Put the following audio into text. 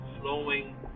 flowing